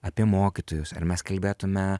apie mokytojus ar mes kalbėtume